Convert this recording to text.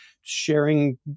sharing